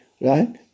Right